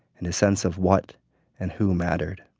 and his sense of what and who mattered